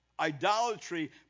Idolatry